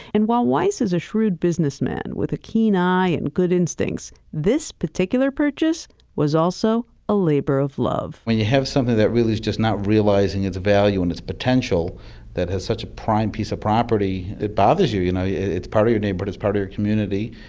and while weiss is a shrewd businessman with a keen eye and good instincts, this particular purchase was also a labor of love. when you have something that really is, just not realizing its value and it's potential that is such a prime piece of property, it bothers you. you know it's part of your neighborhood, it's part of your community,